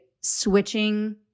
switching